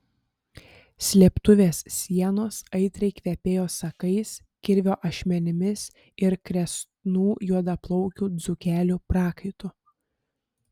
slėptuvės sienos aitriai kvepėjo sakais kirvio ašmenimis ir kresnų juodaplaukių dzūkelių prakaitu